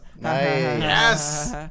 Yes